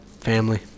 family